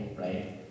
right